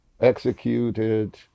executed